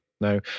No